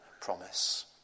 promise